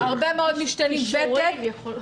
כישורים, יכולות.